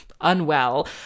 unwell